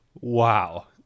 Wow